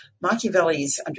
Machiavelli's